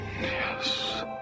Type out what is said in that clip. Yes